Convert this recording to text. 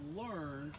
learn